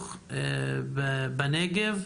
החינוך בנגב.